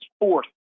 fourth